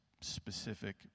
specific